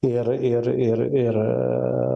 ir ir ir ir